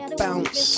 bounce